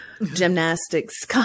gymnastics